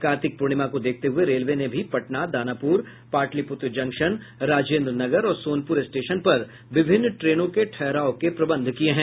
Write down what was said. कार्तिक पूर्णिमा को देखते हुए रेलवे ने भी पटना दानापुर पाटलिपुत्र जंक्शन राजेन्द्र नगर और सोनपुर स्टेशन पर विभिन्न ट्रेनों के ठहराव के प्रबंध किये हैं